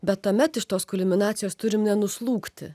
bet tuomet iš tos kulminacijos turim nenuslūgti